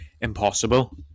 impossible